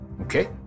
Okay